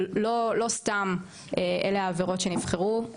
לא סתם אלה העבירות שנבחרו,